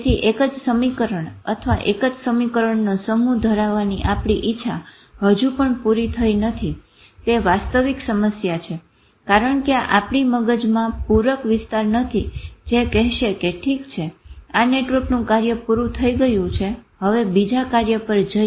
તેથી એક જ સમીકરણ અથવા એક જ સમીકરણનો સમૂહ ધરાવવાની આપણી ઈચ્છા હજુ પણ પૂરી થઇ નથી તે વાસ્તવિક સમસ્યા છે કારણ કે આપણી મગજમાં પુરક વિસ્તાર નથી જે કહેશે કે ઠીક છે આ નેટવર્કનું કાર્ય પૂરું થઇ ગ્યું છે હવે બીજા કાર્ય પર જઈએ